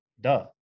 duh